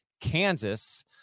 Kansas